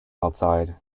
outside